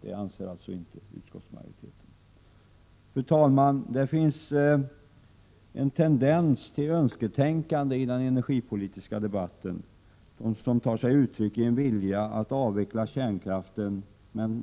Det anser inte utskottsmajoriteten. Fru talman! I den energipolitiska debatten finns en tendens till önsketänkande, som tar sig uttryck i en vilja att avveckla kärnkraften.